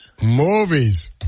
Movies